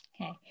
okay